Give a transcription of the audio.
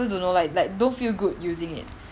I also don't know like like don't feel good using it